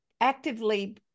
actively